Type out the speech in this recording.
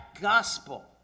gospel